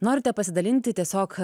norite pasidalinti tiesiog